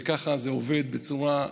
וככה זה עובד בצורה,